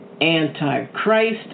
anti-Christ